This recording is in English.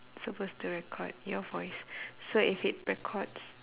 supposed to record your voice so if it records